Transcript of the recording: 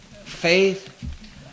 faith